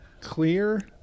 clear